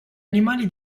animali